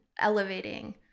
elevating